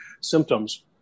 symptoms